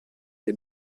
dei